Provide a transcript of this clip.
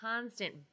constant